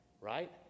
Right